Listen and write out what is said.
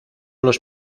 los